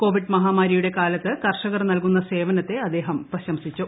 Covid മഹാമാരിയുടെ കാലത്ത് കർഷകർ നൽകുന്ന സേവനത്തെ അദ്ദേഹം പ്രശംസിച്ചു